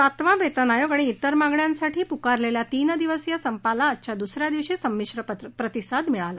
सातवा वेतन आयोग आणि त्विर मागण्यांसाठी पुकारलेल्या तीन दिवसीय संपाला आजच्या दुस या दिवशी संमिश्र प्रतिसाद मिळाला